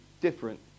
different